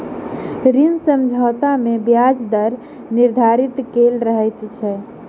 ऋण समझौता मे ब्याज दर निर्धारित कयल रहैत छै